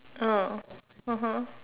ah (uh huh)